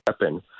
weapon